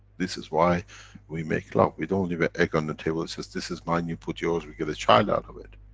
this is why we make love, we don't leave a egg on the table, it says, this is mine, you put yours, we get a child out of it.